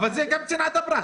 גם זה צנעת הפרט.